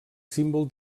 símbol